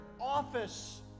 office